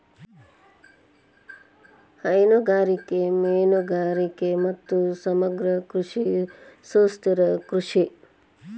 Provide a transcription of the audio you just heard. ಹೈನುಗಾರಿಕೆ, ಮೇನುಗಾರಿಗೆ ಮತ್ತು ಸಮಗ್ರ ಕೃಷಿ ಸುಸ್ಥಿರ ಕೃಷಿ